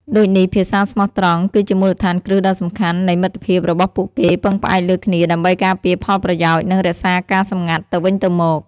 ដូចនេះភាពស្មោះត្រង់គឺជាមូលដ្ឋានគ្រឹះដ៏សំខាន់នៃមិត្តភាពរបស់ពួកគេពឹងផ្អែកលើគ្នាដើម្បីការពារផលប្រយោជន៍ និងរក្សាការសម្ងាត់ទៅវិញទៅមក ។